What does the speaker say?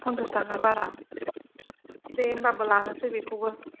पन्सास ताका बारा दे होनबाबो लानोसै बेखौबो